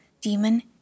demon